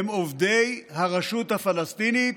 הם עובדי הרשות הפלסטינית